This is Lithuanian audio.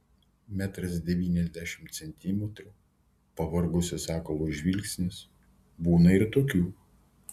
metras devyniasdešimt centimetrų pavargusio sakalo žvilgsnis būna ir tokių